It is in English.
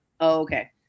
Okay